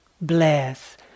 bless